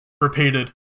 repeated